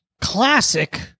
classic